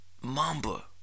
Mamba